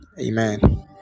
Amen